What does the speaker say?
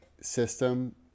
system